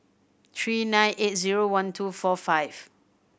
three nine eight zero one two four five